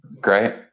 Great